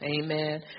Amen